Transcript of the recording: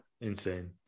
Insane